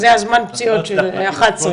זה זמן הפציעות של 11:00. אז אני לא